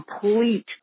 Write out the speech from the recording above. complete